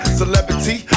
celebrity